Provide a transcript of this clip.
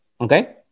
okay